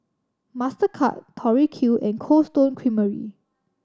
Mastercard Tori Q and Cold Stone Creamery